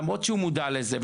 למרות שהוא מודע לזה,